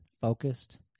focused